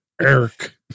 Eric